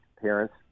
Parents